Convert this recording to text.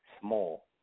small